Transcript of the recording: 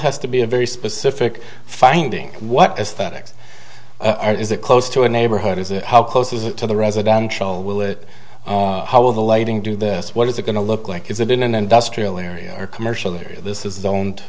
has to be a very specific finding what aesthetics it is that close to a neighborhood is it how close is it to the residential will it how will the lighting do this what is it going to look like is it in an industrial area or commercial area this is owned